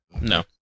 No